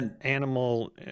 Animal